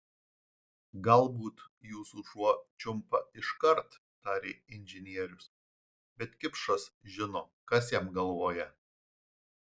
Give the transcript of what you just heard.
galbūt jūsų šuo čiumpa iškart tarė inžinierius bet kipšas žino kas jam galvoje